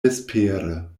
vespere